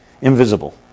invisible